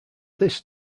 this